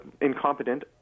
incompetent